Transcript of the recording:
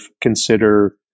consider